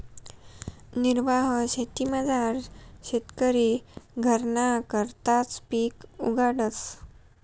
निर्वाह शेतीमझार शेतकरी घरना करताच पिक उगाडस